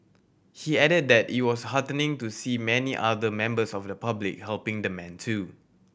he added that it was heartening to see many other members of the public helping the man too